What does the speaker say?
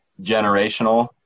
generational